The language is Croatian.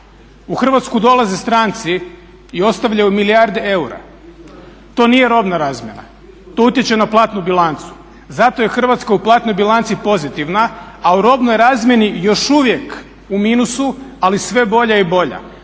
U Hrvatsku dolaze stranci i ostavljaju milijarde eura. To nije robna razmjena, to utječe na platnu bilancu. Zato je Hrvatska u platnoj bilanci pozitivna a u robnoj razmjeni još uvijek u minusu ali sve bolja i bolja.